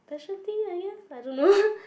specialty I guess I don't know